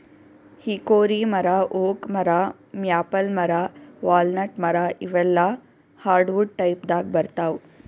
hickory ಮರಾ oak ಮರಾ maple ಮರಾ ವಾಲ್ನಟ್ ಮರಾ ಇವೆಲ್ಲಾ ಹಾರ್ಡವುಡ್ ಟೈಪ್ದಾಗ್ ಬರ್ತಾವ್